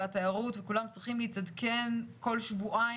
התיירות וכולם צריכים להתעדכן בכל שבועיים,